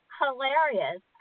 hilarious